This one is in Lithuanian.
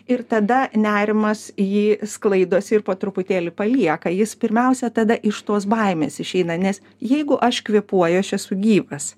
ir tada nerimas jį sklaidosi ir po truputėlį palieka jis pirmiausia tada iš tos baimės išeina nes jeigu aš kvėpuoju aš esu gyvas